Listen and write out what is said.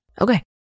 Okay